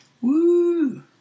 Woo